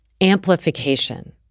amplification